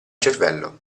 cervello